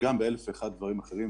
ובאלף ואחד דברים אחרים.